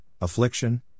affliction